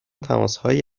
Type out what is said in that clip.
تماسهایی